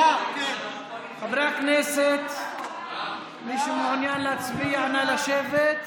חברי הכנסת, מי שמעוניין להצביע, נא לשבת.